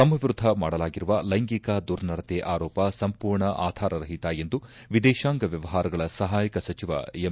ತಮ್ನ ವಿರುದ್ಲ ಮಾಡಲಾಗಿರುವ ಲ್ಲೆಂಗಿಕ ದುರ್ನಡತೆ ಆರೋಪ ಸಂಪೂರ್ಣ ಆಧಾರರಹಿತ ಎಂದು ವಿದೇಶಾಂಗ ವ್ಯವಹಾರಗಳ ಸಹಾಯಕ ಖಾತೆ ಸಚಿವ ಎಂ